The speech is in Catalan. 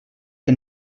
que